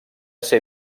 ser